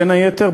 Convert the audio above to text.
בין היתר,